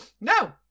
No